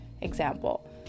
example